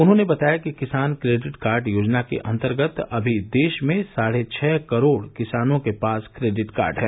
उन्होंने बताया कि किसान क्रेडिट कार्ड योजना के अंतर्गत अभी देश में साढ़े छह करोड़ किसानों के पास क्रेडिट कार्ड हैं